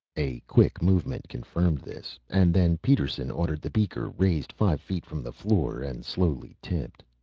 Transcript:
a quick movement confirmed this and then peterson ordered the beaker raised five feet from the floor and slowly tipped.